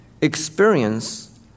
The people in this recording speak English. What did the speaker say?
experience